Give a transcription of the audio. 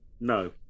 No